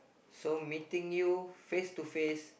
so meeting you face to face